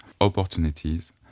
opportunities